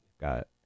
got